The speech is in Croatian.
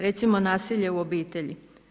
Recimo, nasilje u obitelji.